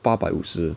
八百五十